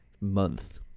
month